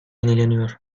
yenileniyor